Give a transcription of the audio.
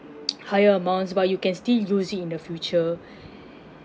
higher amounts but you can still use it in the future